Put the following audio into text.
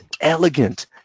elegant